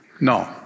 No